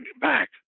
back